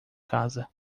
casa